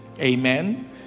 Amen